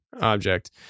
object